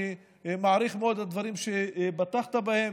אני מעריך מאוד את הדברים שפתחת בהם.